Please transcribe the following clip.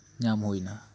ᱧᱟᱢ ᱦᱩᱭ ᱮᱱᱟ